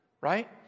right